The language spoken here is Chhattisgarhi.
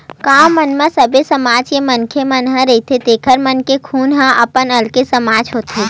गाँव म सबे समाज के मनखे मन ह रहिथे जेखर मन के खुद के अपन एक अलगे समाज होथे